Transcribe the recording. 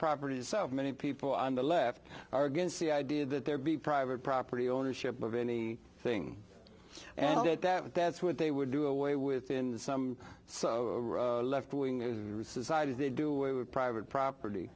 property so many people on the left are against the idea that there be private property ownership of any thing and that that that's what they would do away with in some so leftwing societies they do with private property